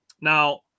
Now